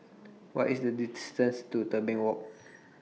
What IS The distance to Tebing Walk